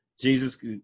Jesus